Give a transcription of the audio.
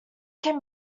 can